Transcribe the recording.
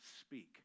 speak